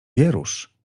wierusz